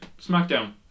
Smackdown